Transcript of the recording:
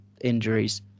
injuries